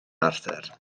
arthur